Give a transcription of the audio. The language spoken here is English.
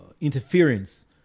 interference